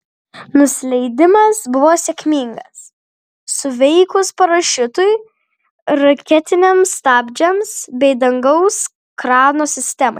nusileidimas buvo sėkmingas suveikus parašiutui raketiniams stabdžiams bei dangaus krano sistemai